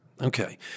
Okay